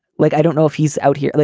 like, i don't know if he's out here. like